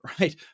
right